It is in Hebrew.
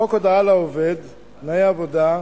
חוק הודעה לעובד (תנאי עבודה),